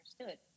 understood